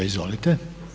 Izvolite.